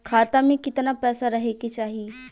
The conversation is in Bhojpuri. खाता में कितना पैसा रहे के चाही?